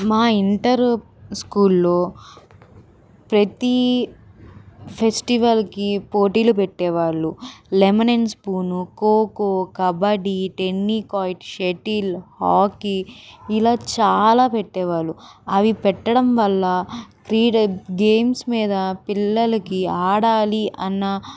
మా ఇంటర్ స్కూల్లో ప్రతీ ఫెస్టివల్కి పోటీలు పెట్టేవాళ్ళు lemon and spoon kho kho kabaddi tennikoit shuttle hockey ఇలా చాలా పెట్టేవాళ్ళు అవి పెట్టడం వల్ల క్రీడ గేమ్స్ మీద పిల్లలకి ఆడాలి అన్న